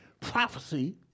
Prophecy